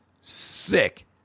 sick